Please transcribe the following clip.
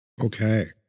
Okay